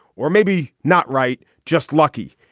or maybe not right. just lucky.